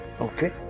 Okay